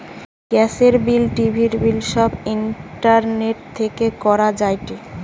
গ্যাসের বিল, টিভির বিল সব ইন্টারনেট থেকে করা যায়টে